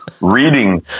reading